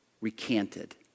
recanted